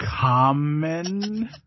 Common